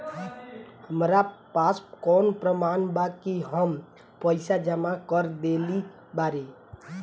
हमरा पास कौन प्रमाण बा कि हम पईसा जमा कर देली बारी?